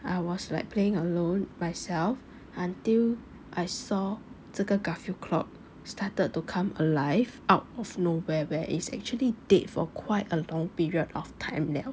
I was like playing alone myself until I saw 这个 garfield clock started to come alive out of nowhere where is actually dead for quite a long period of time 了